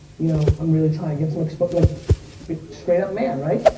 you know i'm really trying to get some exposure, like but straight up man, right?